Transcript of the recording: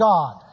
God